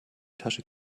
tasche